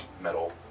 metal